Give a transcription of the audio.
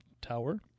tower